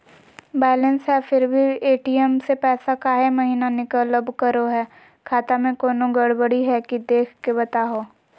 Balance है फिर भी भी ए.टी.एम से पैसा काहे महिना निकलब करो है, खाता में कोनो गड़बड़ी है की देख के बताहों?